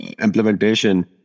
implementation